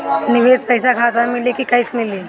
निवेश पइसा खाता में मिली कि कैश मिली?